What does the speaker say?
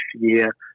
year